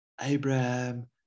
Abraham